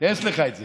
יש לך את זה.